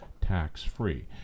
tax-free